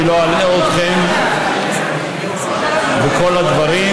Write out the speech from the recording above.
אני לא אלאה אתכם בכל הדברים,